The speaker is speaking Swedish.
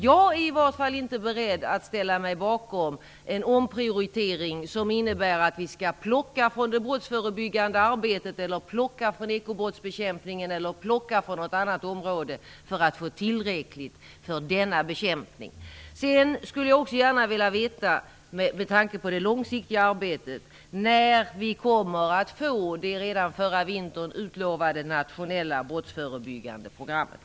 Jag är i varje fall inte beredd att ställa mig bakom en omprioritering som innebär att vi skall plocka från det brottsförebyggande arbetet, ekobrottsbekämpningen eller något annat område för att få tillräckliga resurser till denna bekämpning. Sedan skulle jag gärna vilja veta, med tanke på det långsiktiga arbetet, när vi kommer att få det redan förra vintern utlovade nationella brottsförebyggande programmet.